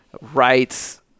rights